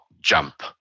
jump